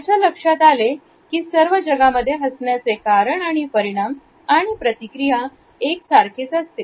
त्याच्या लक्षात आले ही सर्व जगामध्ये हसण्याचे कारण परिणाम आणि प्रतिक्रिया एक सारखेच असते